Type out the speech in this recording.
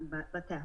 בטף,